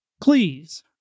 please